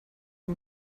yng